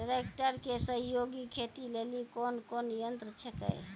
Tractor के सहयोगी खेती लेली कोन कोन यंत्र छेकै?